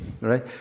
right